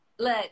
Look